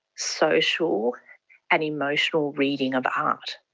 social and emotional reading of art,